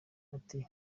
ati